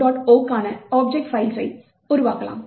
o க்கான object பைல்ஸை உருவாக்கலாம்